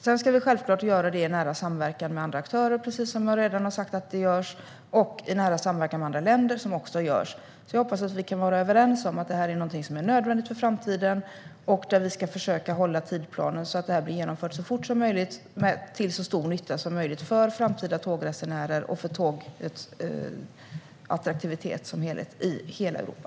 Sedan ska vi självklart göra detta i nära samverkan med andra aktörer, precis som jag redan har sagt görs, och i nära samverkan med andra länder, vilket också görs. Jag hoppas att vi kan vara överens om att det här är någonting som är nödvändigt för framtiden och att vi ska försöka hålla tidsplanen så att det här blir genomfört så fort som möjligt till så stor nytta som möjligt för framtida tågresenärer och för tågets attraktivitet i hela Europa.